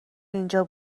اینجا